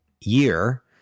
year